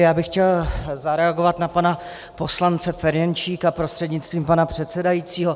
Já bych chtěl zareagovat na pana poslance Ferjenčíka prostřednictvím pana přesedajícího.